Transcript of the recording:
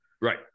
Right